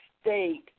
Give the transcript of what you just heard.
state